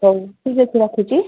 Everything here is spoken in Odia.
ହଉ ଠିକ୍ ଅଛି ରଖୁଛି